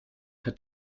hat